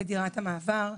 לדירת המעבר?